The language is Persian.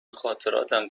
خاطراتم